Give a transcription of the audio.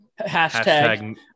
hashtag